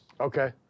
okay